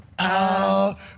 out